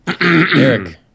Eric